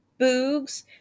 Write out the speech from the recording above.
Boogs